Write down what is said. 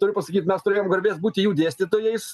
turiu pasakyti mes turėjom garbės būti jų dėstytojais